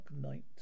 Night